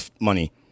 money